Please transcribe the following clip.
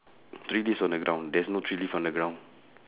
three leaves on the ground there is no tree leaves on the ground